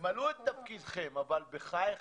מלאו את תפקידכם אבל בחייכם,